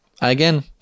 Again